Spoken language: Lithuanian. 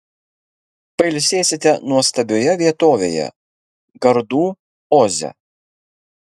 pailsėsite nuostabioje vietovėje gardų oze